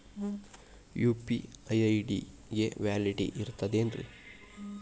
UPI ID ಗೆ validity ಇರತದ ಏನ್ರಿ?